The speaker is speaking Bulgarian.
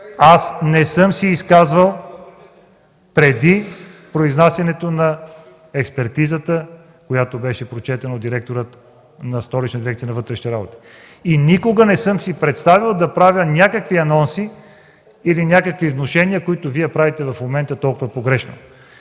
Аз не съм се изказвал преди произнасянето на експертизата, която беше прочетена от директора на Столичната дирекция на вътрешните работи. Никога не съм си представял да правя някакви анонси и внушения, които правите в момента толкова погрешно.